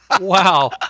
Wow